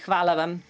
Hvala vam.